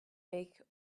make